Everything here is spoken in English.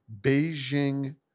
Beijing